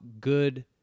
good